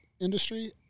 industry